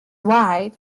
wide